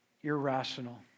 irrational